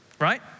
right